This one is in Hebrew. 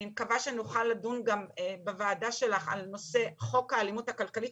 אני מקווה שנוכל לדון גם בוועדה שלך על נושא חוק האלימות הכלכלית,